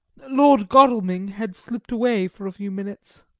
lord godalming had slipped away for a few minutes,